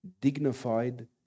dignified